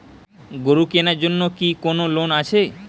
গরু কেনার জন্য কি কোন লোন আছে?